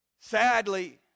Sadly